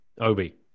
Obi